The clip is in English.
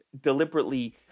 deliberately